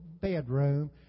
bedroom